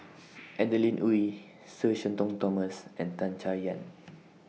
Adeline Ooi Sir Shenton Thomas and Tan Chay Yan